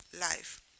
life